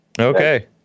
Okay